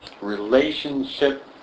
relationship